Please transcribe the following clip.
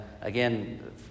again